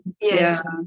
Yes